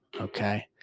okay